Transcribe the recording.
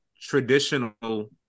traditional